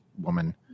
woman